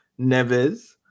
Neves